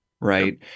right